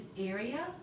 area